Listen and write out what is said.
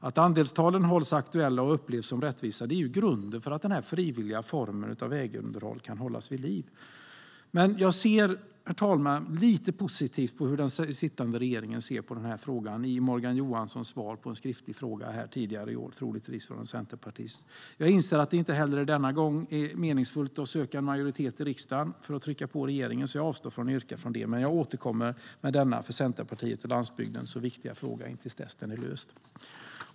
Att andelstalen hålls aktuella och upplevs som rättvisa är grunden för att den här frivilliga formen av vägunderhåll kan hållas vid liv. Men jag ser, herr talman, lite positivt på hur den sittande regeringen ser på den här frågan i Morgan Johanssons svar på en skriftlig fråga tidigare i år, troligtvis från en centerpartist. Jag inser att det inte heller denna gång är meningsfullt att söka en majoritet i riksdagen för att trycka på regeringen. Därför avstår jag från att yrka på det, men jag återkommer med denna för Centerpartiet och landsbygden så viktiga fråga till dess att den är löst.